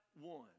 one